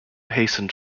hastened